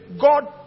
God